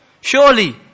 Surely